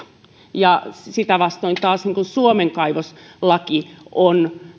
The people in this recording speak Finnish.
sitä vastoin taas suomen kaivoslaki on